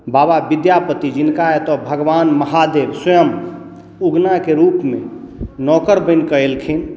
बाबा विद्यापति जिनका एतय भगवान महादेव स्वयं उगनाके रूपमे नौकर बनि कऽ एलखिन